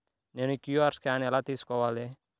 నేను QR scan ఎలా తీసుకోవాలి?